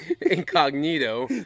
incognito